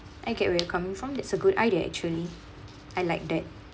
I get where you're coming from it's a good idea actually I like that